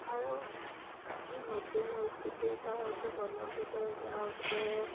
আৰু এই নতুন ৰেচিপি এটা এইটো বনাবলৈ যাওঁতে